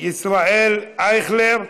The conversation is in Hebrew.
ישראל אייכלר,